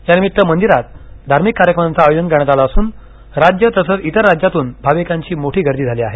या निमित्त मंदिरात धार्मिक कार्यक्रमांचं आयोजन करण्यात आलं असून राज्य तसंच इतर राज्यातून भाविकांची मोठी गर्दी झाली आहे